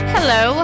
Hello